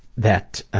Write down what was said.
that